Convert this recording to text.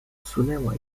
odsunęła